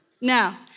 Now